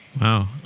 Wow